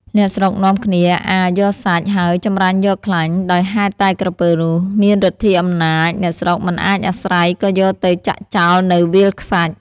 អ្នកស្រុកនាំគ្នាអារយកសាច់ ហើយចម្រាញ់យកខ្លាញ់ ដោយហេតុតែក្រពើនោះ មានឫទ្ធិអំណាច អ្នកស្រុកមិនហ៊ានអាស្រ័យក៏យកទៅចាក់ចោលនៅវាលខ្សាច់ ។